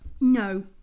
No